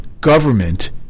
government